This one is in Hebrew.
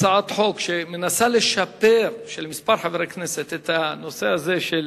הצעת חוק של כמה חברי כנסת שמנסה לשפר את הנושא הזה של